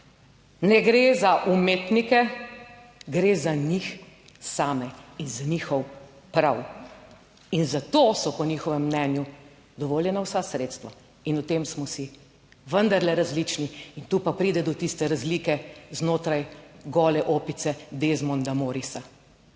n gre za umetnike, gre za njih same in za njihov prav. In za to so po njihovem mnenju dovoljena vsa sredstva, in v tem smo si vendarle različni. In tu pa pride do tiste razlike znotraj gole opice Desmonda Morrisa.